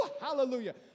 Hallelujah